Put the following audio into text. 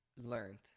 learned